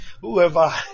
Whoever